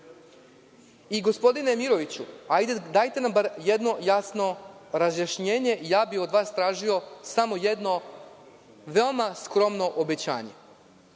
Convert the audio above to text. vremena. Gospodine Miroviću, dajte nam bar jedno jasno razjašnjenje. Ja bih od vas tražio samo jedno veoma skromno obećanje.